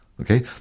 Okay